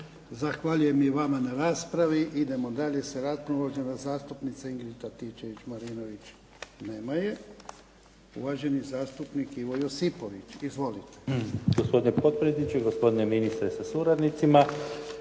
Zahvaljujem i vama na raspravi. Idemo dalje sa raspravom. Uvažena zastupnica Ingrid Antičević Marinović. Nema je. Uvaženi zastupnik Ivo Josipović. Izvolite. **Josipović, Ivo (SDP)** Gospodine potpredsjedniče, gospodine ministre sa suradnicima.